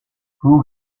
who